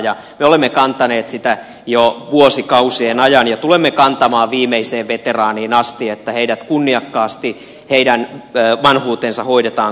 me olemme kantaneet sitä jo vuosikausien ajan ja tulemme kantamaan viimeiseen veteraaniin asti että heidän vanhuutensa hoidetaan kunniakkaasti